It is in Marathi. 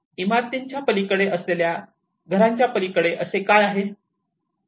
इमारतीच्या पलीकडे असलेल्या घराच्या पलीकडे असे काय आहे